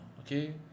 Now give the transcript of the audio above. okay